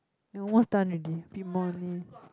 almost done already bit more only